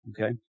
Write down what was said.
okay